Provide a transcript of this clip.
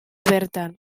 bertan